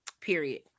period